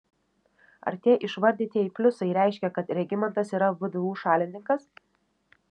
ar tie išvardytieji pliusai reiškia kad regimantas yra vdu šalininkas